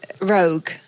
rogue